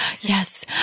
Yes